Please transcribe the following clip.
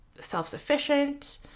self-sufficient